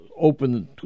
open